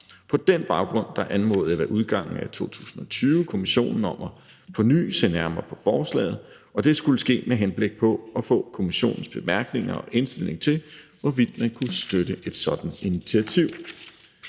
På den baggrund anmodede jeg ved udgangen af 2020 kommissionen om på ny at se nærmere på forslaget, og det skulle ske med henblik på at få kommissionens bemærkninger og indstilling til, hvorvidt man kunne støtte et sådant initiativ.